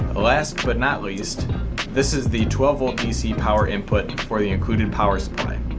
last but not least this is the twelve volt dc power input for the included power supply.